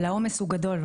אבל העומס גדול.